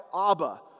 Abba